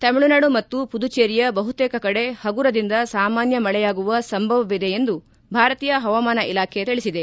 ತಮಿಳುನಾಡು ಮತ್ತು ಪುದುಚೇರಿಯ ಬಹುತೇಕ ಕಡೆ ಹಗುರದಿಂದ ಸಾಮಾನ್ನ ಮಳೆಯಾಗುವ ಸಂಭವವಿದೆ ಎಂದು ಭಾರತೀಯ ಹವಾಮಾನ ಇಲಾಖೆ ತಿಳಿಸಿದೆ